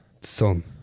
son